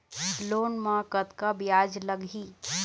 Loan म कतका ब्याज लगही?